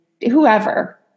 whoever